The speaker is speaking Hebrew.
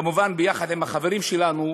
כמובן, ביחד עם החברים שלנו,